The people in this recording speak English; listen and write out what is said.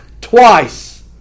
twice